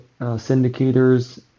syndicators